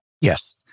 Yes